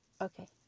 Okay